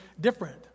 different